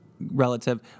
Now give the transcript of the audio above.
relative